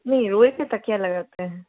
नहीं रोई थी तकिया लगाकर